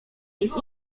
nich